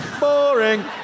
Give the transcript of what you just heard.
Boring